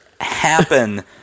happen